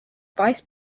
vice